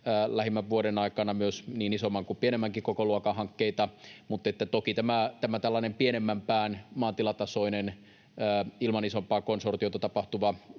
lähimmän vuoden aikana, niin isomman kuin pienemmänkin kokoluokan hankkeita. Mutta toki tämä tällainen pienemmän pään, maatilatasoinen, ilman isompaa konsortiota tapahtuva